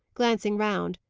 glancing round,